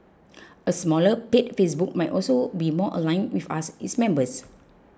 a smaller paid Facebook might also be more aligned with us its members